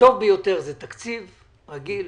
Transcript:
הטוב ביותר זה תקציב רגיל,